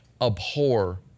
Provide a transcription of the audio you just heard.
abhor